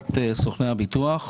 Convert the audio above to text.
לשכת סוכני הביטוח.